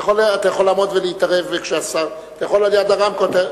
אתה יכול לעמוד ולהתערב, על-יד הרמקול.